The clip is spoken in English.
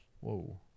Whoa